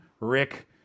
Rick